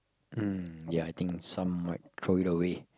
um ya I think some might throw it away